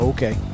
Okay